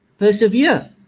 Persevere